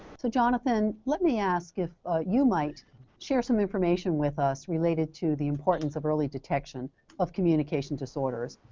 so, jonathan let me ask if you might share some information with us related to the importance of early detection of communication disorders.